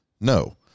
No